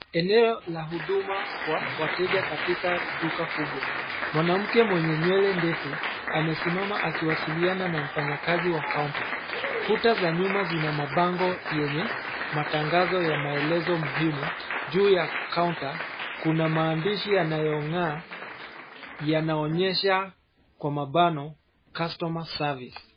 Eneo la huduma kwa wateja katika duka kubwa. Mwanamke mwenye nywele ndefu amesimama akiwasiliana na mfanyakazi wa kaunta. Kuta za nyuma zina mabango yenye matangazo ya maelezo muhimu juu kaunta kuna maandishi yanayong'aa yanaonyesha kwa mabano 'customer service'.